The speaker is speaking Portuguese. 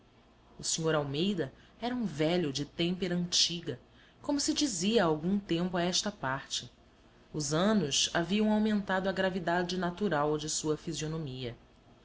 o sr almeida era um velho de têmpera antiga como se dizia há algum tempo a esta parte os anos haviam aumentado a gravidade natural de sua fisionomia